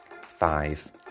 Five